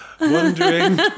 Wondering